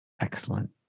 Excellent